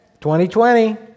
2020